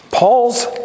Paul's